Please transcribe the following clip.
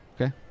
Okay